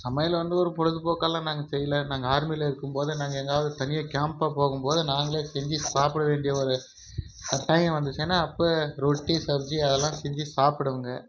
சமையல் வந்து ஒரு பொழுதுபோக்காலாம் நாங்கள் செய்யல நாங்கள் ஆர்மியில இருக்கும்போது நாங்கள் எங்கேயாவுது தனியாக கேம்ப்பாக போகும்போது நாங்களே செஞ்சு சாப்பிட வேண்டிய ஒரு கட்டாயம் வந்துச்சுனா அப்போ ரொட்டி சப்ஜி அதெல்லாம் செஞ்சு சாப்பிடுவேங்க